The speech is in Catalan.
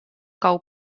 cou